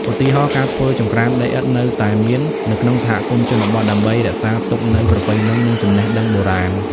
ឧទាហរណ៍ ការធ្វើចង្ក្រានដីឥដ្ឋនៅតែមាននៅក្នុងសហគមន៍ជនបទ ដើម្បីរក្សាទុកនូវប្រពៃណី និងចំណេះដឹងបុរាណ។